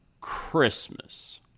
Christmas